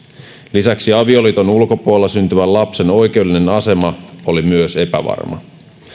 lisäksi avioliiton ulkopuolella syntyvän lapsen oikeudellinen asema oli myös epävarma